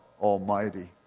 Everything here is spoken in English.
Almighty